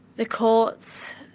the courts,